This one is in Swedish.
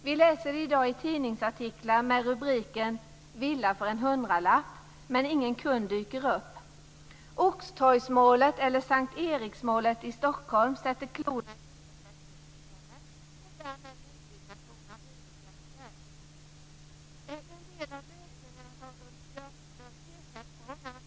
Vi läser i dag tidningsartiklar med rubriken Villa för en hundralapp, men ingen kund dyker upp. Oxtorgsmålet eller S:t Eriks-målet i Stockholm sätter klorna i hyressättningssystemet och därmed nybyggnation av hyresrätter. En del av lösningen har Ulf Björklund pekat på.